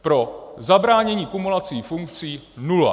Pro zabránění kumulací funkcí nula.